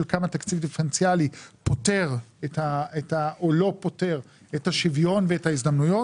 כמה תקציב דיפרנציאלי פותר או לא פותר את השוויון ואת ההזדמנויות.